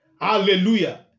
Hallelujah